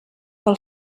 pel